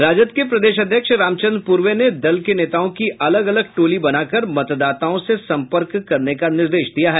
राजद के प्रदेश अध्यक्ष रामचंद्र पूर्व ने दल के नेताओं की अलग अलग टोली बनाकर मतदाताओं से संपर्क करने का निर्देश दिया है